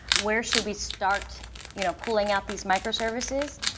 where should we start you know pulling out these microservices,